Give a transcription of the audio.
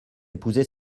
épouser